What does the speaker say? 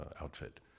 outfit